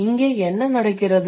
இங்கே என்ன நடக்கிறது